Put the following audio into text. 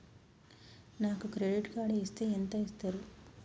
నాకు credit card ఇస్తే ఎంత ఇస్తరు?